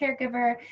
caregiver